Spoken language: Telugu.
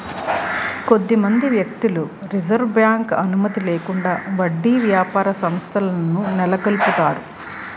కొంతమంది వ్యక్తులు రిజర్వ్ బ్యాంక్ అనుమతి లేకుండా వడ్డీ వ్యాపార సంస్థలను నెలకొల్పుతారు